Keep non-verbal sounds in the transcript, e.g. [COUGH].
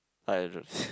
I [NOISE]